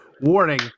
warning